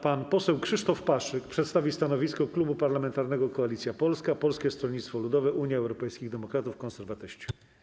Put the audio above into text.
Pan poseł Krzysztof Paszyk przedstawi stanowisko Klubu Parlamentarnego Koalicja Polska - Polskie Stronnictwo Ludowe, Unia Europejskich Demokratów, Konserwatyści.